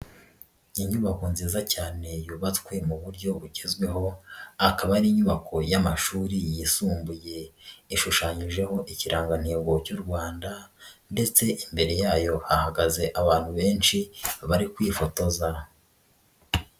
Inyubako nziza cyane yubatswe mu buryo bugezweho akaba ari inyubako y'amashuri yisumbuye, ishushanyijeho ikirangantego cy'u Rwanda ndetse imbere yayo hahagaze abantu benshi bari kwifotoza.